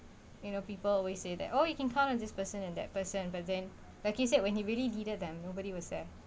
you know people always say that oh you can count on this person and that person but then like you said when you really needed them nobody was there